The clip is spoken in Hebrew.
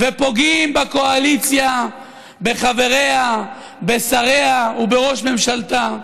ופוגעים בקואליציה, בחבריה, בשריה ובראש ממשלתה,